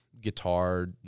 guitar